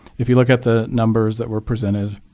if you look at the numbers that were presented,